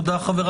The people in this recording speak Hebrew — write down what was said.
הישיבה נעולה.